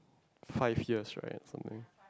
five years right something